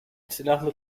silahlı